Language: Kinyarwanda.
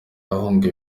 ahunga